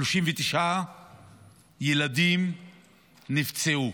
39 ילדים נפצעו.